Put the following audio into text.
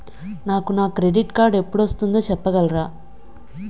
నాకు నా credit card ఎపుడు వస్తుంది చెప్పగలరా?